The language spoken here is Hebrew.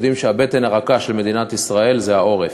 יודעים שהבטן הרכה של מדינת ישראל זה העורף.